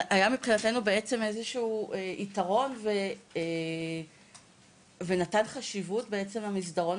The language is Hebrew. מבחינתנו בעצם איזה שהוא יתרון ונתן חשיבות בעצם למסדרון